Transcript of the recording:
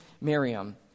Miriam